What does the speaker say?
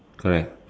correct